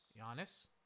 Giannis